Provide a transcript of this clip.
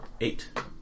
Eight